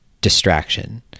distraction